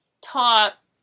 top